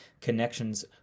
connections